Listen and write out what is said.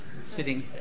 sitting